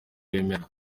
wemera